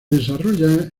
desarrolla